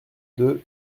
deux